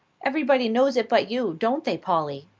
everybody knows it but you, don't they, polly?